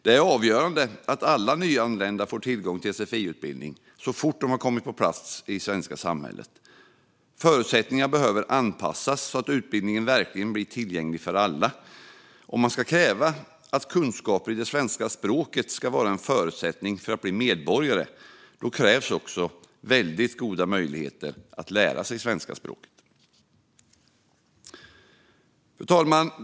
Det är avgörande att alla nyanlända får tillgång till sfi-utbildning så fort de har kommit på plats i det svenska samhället. Förutsättningarna behöver anpassas, så att utbildningen verkligen blir tillgänglig för alla. Om man ska kräva att kunskaper i det svenska språket ska vara en förutsättning för att bli medborgare krävs också väldigt goda möjligheter att lära sig svenska språket. Fru talman!